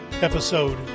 episode